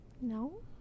No